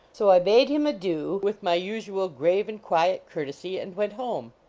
so i bade him adieu with my usual grave and quiet courtesy, and went home.